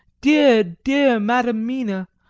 dear, dear madam mina,